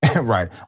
right